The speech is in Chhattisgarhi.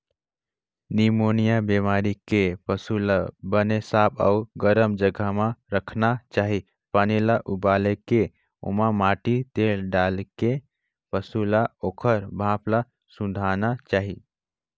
निमोनिया बेमारी के पसू ल बने साफ अउ गरम जघा म राखना चाही, पानी ल उबालके ओमा माटी तेल डालके पसू ल ओखर भाप ल सूंधाना चाही